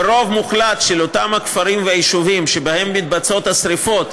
והרוב המוחלט של אותם כפרים ויישובים שבהם מתבצעות השרפות,